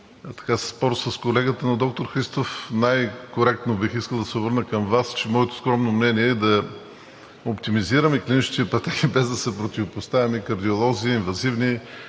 в спор с колегата, но, доктор Христов, най-коректно бих искал да се обърна към Вас, че моето скромно мнение е да оптимизираме клиничните пътеки, без да се противопоставяме – кардиолози, инвазивни